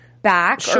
back